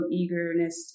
eagerness